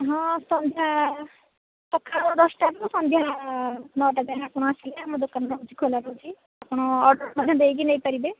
ହଁ ସନ୍ଧ୍ୟା ସକାଳ ଦଶଟାରୁ ସନ୍ଧ୍ୟା ନଅଟା ଯାଏଁ ଆପଣ ଆସିଲେ ଆମର ଦୋକାନ ରହୁଛି ଖୋଲା ରହୁଛି ଆପଣ ଅର୍ଡ଼ର ମଧ୍ୟ ଦେଇକି ନେଇପାରିବେ